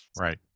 Right